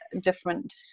different